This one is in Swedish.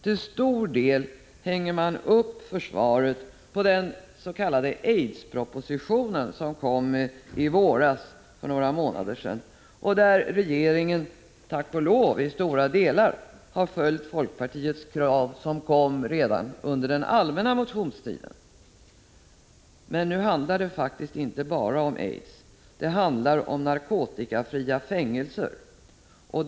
Till stor del hänger man upp försvaret på den s.k. aidsproposition som kom för några månader sedan, där regeringen tack och lov i stora delar har följt folkpartiets krav som framfördes redan under den allmänna motionstiden. Nu handlar det faktiskt inte bara om aids, det handlar om narkotikafria fängelser.